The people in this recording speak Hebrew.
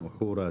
כמו חורה,